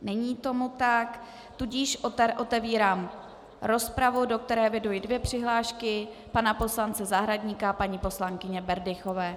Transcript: Není tomu tak, tudíž otevírám rozpravu, do které eviduji dvě přihlášky, pana poslance Zahradníka a paní poslankyně Berdychové.